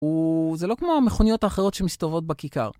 זה לא כמו המכוניות האחרות שמסתובבות בכיכר.